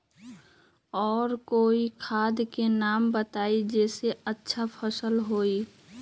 और कोइ खाद के नाम बताई जेसे अच्छा फसल होई?